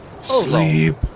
Sleep